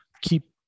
keep